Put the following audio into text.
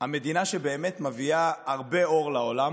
המדינה שבאמת מביאה הרבה אור לעולם,